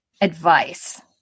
advice